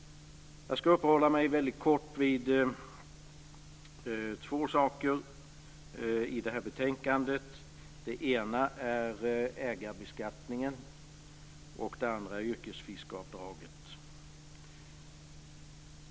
Jag skall uppehålla mig en kort stund vid två saker i det här betänkandet. Det ena är ägarbeskattningen. Det andra är yrkesfiskaravdraget.